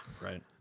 right